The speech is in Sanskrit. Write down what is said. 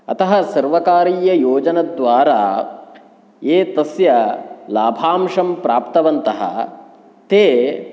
अतः सर्वकारीययोजनाद्वारा ये तस्य लाभांशं प्राप्तवन्तः ते